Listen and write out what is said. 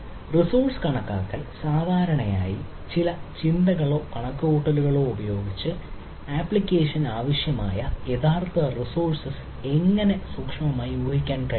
resource കണക്കാക്കൽ സാധാരണയായി ചില ചിന്തകളോ കണക്കുകൂട്ടലുകളോ ഉപയോഗിച്ച് ആപ്ലിക്കേഷന് ആവശ്യമായ യഥാർത്ഥ റിസോഴ്സ് എങ്ങനെ സൂക്ഷ്മമായി ഊഹിക്കാൻ കഴിയും